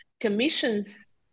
commissions